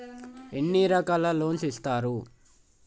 ఎన్ని రకాల లోన్స్ ఇస్తరు?